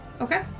Okay